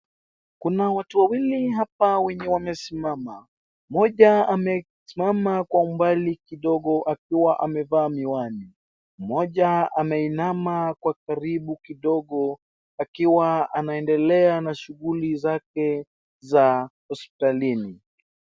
Kuna watu wawili hapa wenye wamesimama, mmoja amesimama kwa umbali kidogo akiwa amevaa miwani, mmoja ameinama kwa karibu kidogo akiwa anaendelea na shughuli zake za hospitalini.